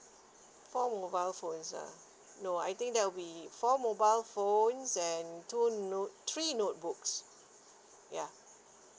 four mobile phones uh no I think that will be four mobile phones and two note three note books ya